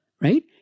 Right